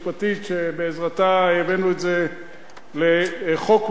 שבעזרתה הבאנו את זה לחוק מיטבי.